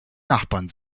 nachbarn